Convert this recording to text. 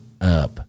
up